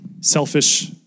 selfish